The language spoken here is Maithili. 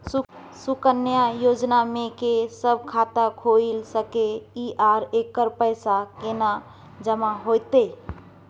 सुकन्या योजना म के सब खाता खोइल सके इ आ एकर पैसा केना जमा होतै?